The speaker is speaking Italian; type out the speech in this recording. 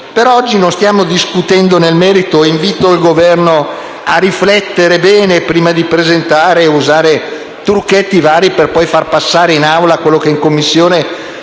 Però, oggi non stiamo discutendo nel merito e invito il Governo a riflettere bene prima di presentare e usare trucchetti vari per poi far passare in Assemblea quello che in Commissione